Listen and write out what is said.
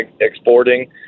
exporting